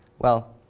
well,